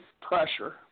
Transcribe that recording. pressure